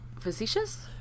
facetious